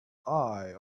eye